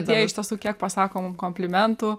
bet jie iš tiesų kiek pasako mum komplimentų